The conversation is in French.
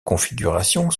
configuration